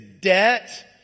debt